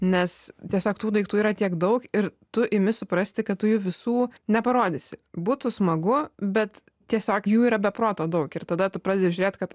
nes tiesiog tų daiktų yra tiek daug ir tu imi suprasti kad tu jų visų neparodysi būtų smagu bet tiesiog jų yra be proto daug ir tada tu pradedi žiūrėt kad